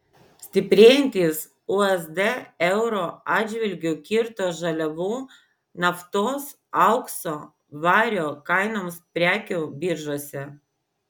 stiprėjantis usd euro atžvilgiu kirto žaliavų naftos aukso vario kainoms prekių biržose